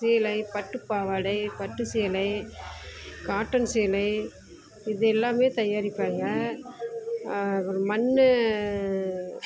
சேலை பட்டுப் பாவாடை பட்டு சேலை காட்டன் சேலை இதெல்லாம் தயாரிப்பாங்க அப்புறம் மண்